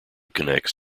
connects